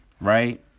right